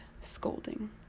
scolding